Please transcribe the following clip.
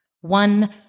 One